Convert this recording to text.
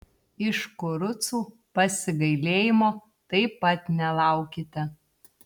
iš kurucų pasigailėjimo taip pat nelaukite